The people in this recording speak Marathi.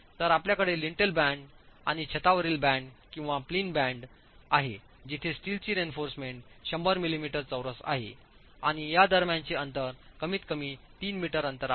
तर आपल्याकडे लिंटेल बँड आणि छतावरील बँड किंवा प्लिंथ बँड आहे जिथे स्टीलची रीइन्फोर्समेंट 100 मिलिमीटर चौरस आहे आणि या दरम्यानचे अंतर कमीतकमी 3 मीटर अंतरावर आहे